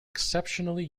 exceptionally